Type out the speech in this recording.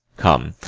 come,